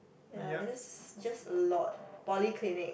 ya just just a lot polyclinic